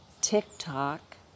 tiktok